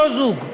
אותו זוג.